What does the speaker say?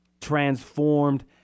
transformed